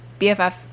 BFF